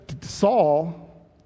Saul